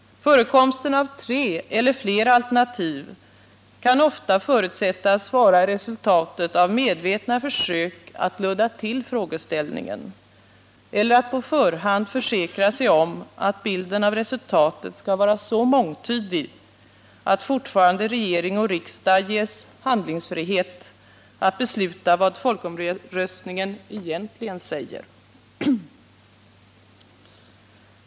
Förekomsten av tre eller flera alternativ kan ofta förutsättas vara resultatet av medvetna försök att ludda till frågeställningen eller att på förhand försäkra sig om att bilden av resultatet skall vara så mångtydig att fortfarande regering och riksdag ges handlingsfrihet att besluta vad folkomröstningen egentligen säger.